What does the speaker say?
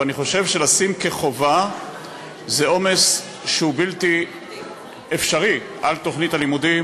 אבל אני חושב שלשים כחובה זה עומס שהוא בלתי אפשרי על תוכנית הלימודים.